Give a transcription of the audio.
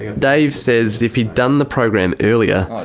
yeah dave says if he'd done the program earlier,